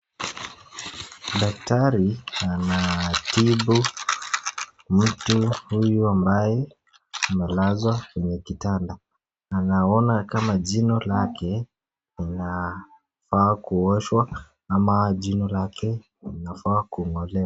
Daktari anatibu mtu huyu ambaye amelazwa kwenye kitanda anaona kama jino lake linafaa kuoshwa ama jino lake linafaa kung'olewa.